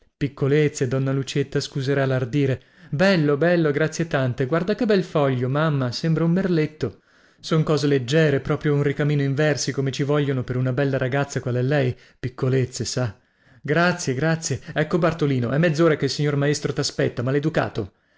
piccolezze donna lucietta scuserà lardire bello bello grazie tante guarda che bel foglio mamma sembra un merletto son cose leggiere proprio un ricamino in versi come ci vogliono per una bella ragazza qual è lei piccolezze sa grazie grazie ecco bartolino è mezzora che il signor maestro taspetta